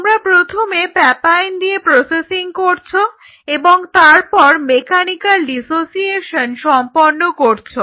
তোমরা প্রথমে প্যাপাইন দিয়ে প্রসেসিং করছো এবং তারপর মেকানিক্যাল ডিসোসিয়েশন সম্পন্ন করছো